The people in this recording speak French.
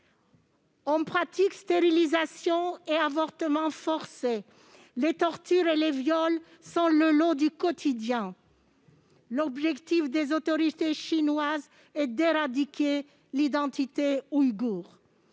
On y pratique stérilisations et avortements forcés. Les tortures et les viols sont le lot quotidien. L'objectif des autorités chinoises est d'éradiquer l'identité ouïghoure.